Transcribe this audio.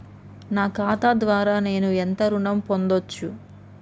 నా ఖాతా ద్వారా నేను ఎంత ఋణం పొందచ్చు?